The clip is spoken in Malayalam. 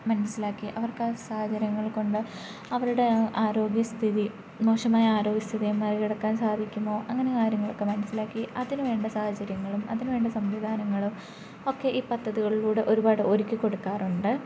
മനസ്സിലാക്കി അവർക്കാ സാഹചര്യങ്ങൾ കൊണ്ട് അവരുടെ ആ ആരോഗ്യ സ്ഥിതി മോശമായ ആരോഗ്യസ്ഥിതി മറികടക്കാൻ സാധിക്കുമോ അങ്ങനെ കാര്യങ്ങളൊക്കെ മനസ്സിലാക്കി അതിനു വേണ്ട സാഹചര്യങ്ങളും അതിനു വേണ്ട സംവിധാനങ്ങളും ഒക്കെ ഈ പദ്ധതികളിലൂടെ ഒരുപാട് ഒരുക്കി കൊടുക്കാറുണ്ട് അപ്പം